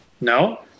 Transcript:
No